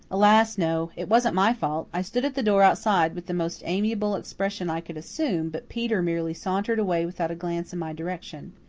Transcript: alas, no. it wasn't my fault. i stood at the door outside with the most amiable expression i could assume, but peter merely sauntered away without a glance in my direction.